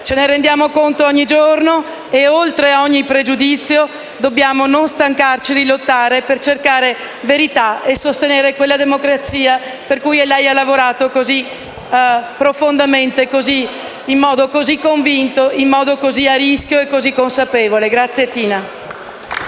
Ce ne rendiamo conto ogni giorno e oltre ogni pregiudizio non dobbiamo stancarci di lottare per cercare verità e sostenere quella democrazia per cui lei ha lavorato così profondamente e in modo così convinto, così a rischio e così consapevole. Grazie Tina.